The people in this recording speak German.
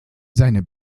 seine